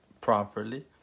properly